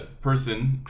person